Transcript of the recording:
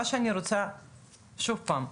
שוב פעם,